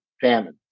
famine